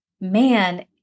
man